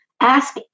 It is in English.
Ask